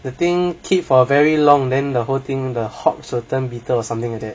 I think keep for a very long then the whole thing the hog will turn something bitter like that